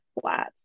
flat